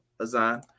Azan